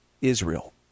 Israel